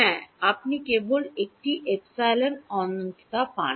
হ্যাঁ আপনি কেবল একটি এপসিলন অনন্ততা পান